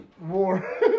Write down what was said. War